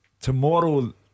Tomorrow